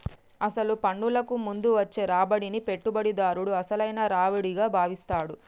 అసలు పన్నులకు ముందు వచ్చే రాబడిని పెట్టుబడిదారుడు అసలైన రావిడిగా భావిస్తాడు